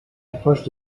approche